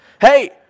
Hey